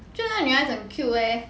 觉得那个女孩子很 cute leh